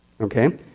Okay